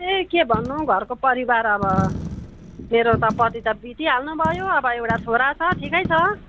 त्यही के भन्नु घरको परिवार अब मेरो पति त बितिहाल्नु भयो अब एउटा छोरा छ ठिकै छ